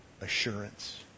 assurance